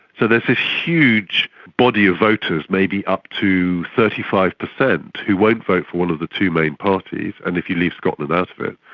so there's this huge body of voters, maybe up to thirty five percent, who won't vote for one of the two main parties, and if you leave scotland out of it,